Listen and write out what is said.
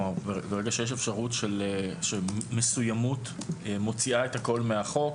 ברגע שיש אפשרות שמסוימות מוציאה את הכול מהחוק,